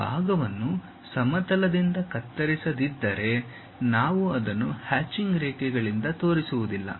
ಆ ಭಾಗವನ್ನು ಸಮತಲದಿಂದ ಕತ್ತರಿಸದಿದ್ದರೆ ನಾವು ಅದನ್ನು ಹ್ಯಾಚಿಂಗ್ ರೇಖೆಗಳಿಂದ ತೋರಿಸುವುದಿಲ್ಲ